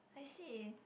I see